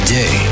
day